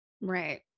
Right